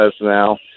now